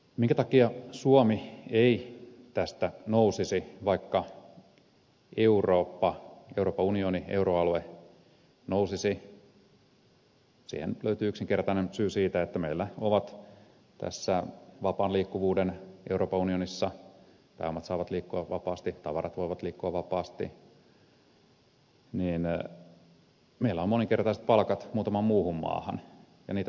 minkä takia suomi ei tästä nousisi vaikka eurooppa euroopan unioni euroalue nousisi siihen löytyy yksinkertainen syy siitä että meillä on tässä vapaan liikkuvuuden euroopan unionissa pääomat saavat liikkua vapaasti tavarat voivat liikkua vapaasti moninkertaiset palkat muutamaan muuhun maahan verrattuna ja niitä tulijoita riittää